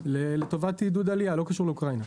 לטובת עידוד עלייה, לא קשור לאוקראינה.